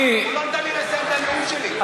הוא לא נתן לי לסיים את הנאום שלי.